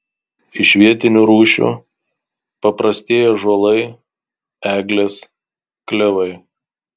iš vietinių rūšių paprastieji ąžuolai eglės klevai